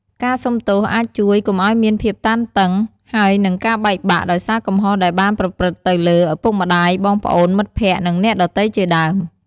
ការសុំទោសអាចជួយ កុំឲ្យមានភាពតានតឹង ហើយនិងការបែកបាក់ ដោយសារកំហុសដែលបានប្រព្រឹត្តទៅលើ ឪពុកម្ដាយ បងប្អូន មិត្តភក្តិ និងអ្នកដទៃជាដើម។